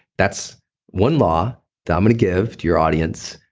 that's one law that i'm gonna give to your audience,